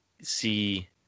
see